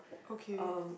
okay